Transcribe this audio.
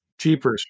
Cheapers